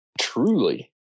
truly